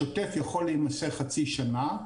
השוטף יכול להמשך חצי שנה,